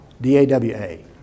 D-A-W-A